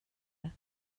det